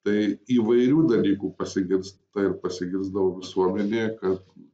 tai įvairių dalykų pasigirsta ir pasigirsdavo visuomenėje kad